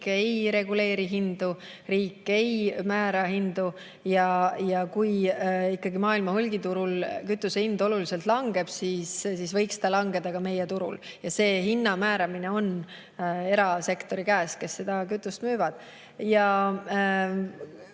riik ei reguleeri hindu, riik ei määra hindu. Kui ikkagi maailma hulgiturul kütuse hind oluliselt langeb, siis võiks see langeda ka meie turul. Hinna määramine on erasektori käes, kes seda kütust müüb.